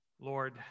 Lord